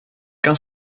quand